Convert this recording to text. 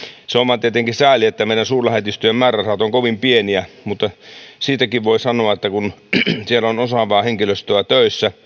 se vain on tietenkin sääli että meidän suurlähetystöjemme määrärahat ovat kovin pieniä mutta siitäkin voi sanoa että kun siellä suurlähetystöissä on osaavaa henkilöstöä töissä